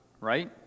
Right